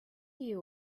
you